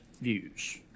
views